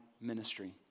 ministry